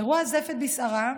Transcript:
אירוע "זפת בסערה"